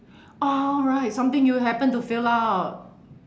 oh right something you happen to fill out